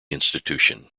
institution